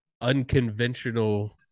unconventional